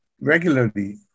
regularly